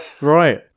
Right